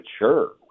mature